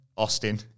Austin